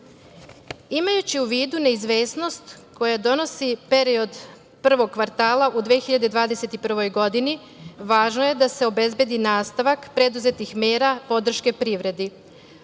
u vidu neizvesnost koja donosi period prvog kvartala u 2021. godini, važno je da se obezbedi nastavak preduzetih mera podrške privredi. Ovim